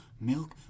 milk